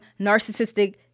narcissistic